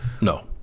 No